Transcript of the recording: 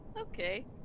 Okay